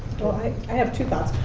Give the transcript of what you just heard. i have two thoughts.